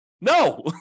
No